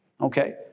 Okay